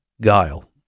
guile